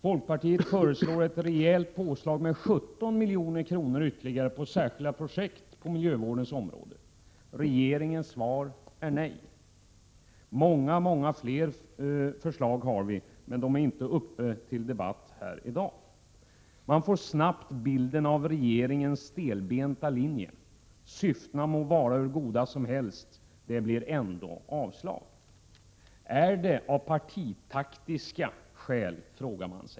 Folkpartiet föreslår ett rejält påslag med 17 milj.kr. ytterligare till särskilda projekt på miljövårdsområdet. Regeringens svar är nej. Vi har många fler förslag, men de är inte uppe till debatt här i dag. Man får snabbt bilden av regeringens stelbenta linje: Syftena må vara hur goda som helst, det blir ändå avslag. Är det av partitaktiska skäl?